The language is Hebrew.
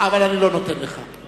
אבל אני לא נותן לך.